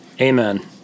Amen